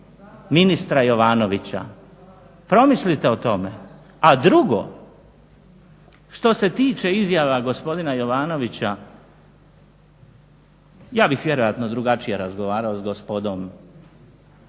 ministra Jovanovića. Promislite o tome. A drugo, što se tiče izjava gospodina Jovanovića ja bih vjerojatno drugačije razgovarao s gospodom Mamićem,